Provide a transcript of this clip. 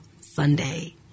Sunday